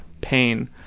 pain